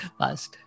past